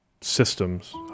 systems